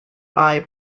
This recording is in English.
eye